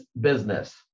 business